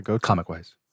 Comic-wise